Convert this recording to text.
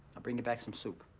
i'll bring you back some soup.